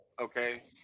okay